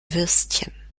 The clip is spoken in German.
würstchen